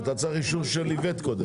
אבל אתה צריך אישור של איווט קודם.